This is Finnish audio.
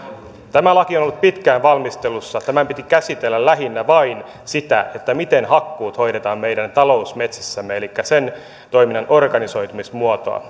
tämä laki on ollut pitkään valmistelussa tämän piti käsitellä lähinnä vain sitä miten hakkuut hoidetaan meidän talousmetsissämme elikkä sen toiminnan organisoitumismuotoa